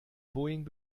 boeing